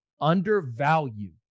undervalue